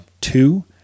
two